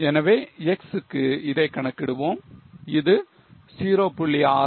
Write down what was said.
எனவே X க்கு இதைக் கணக்கிடுவோம் இது 0